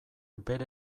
bere